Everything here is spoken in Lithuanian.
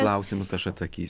klausimus aš atsakys